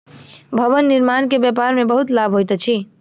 भवन निर्माण के व्यापार में बहुत लाभ होइत अछि